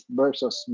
versus